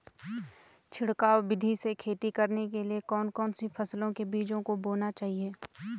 छिड़काव विधि से खेती करने के लिए कौन कौन सी फसलों के बीजों को बोना चाहिए?